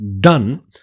done